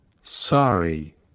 sorry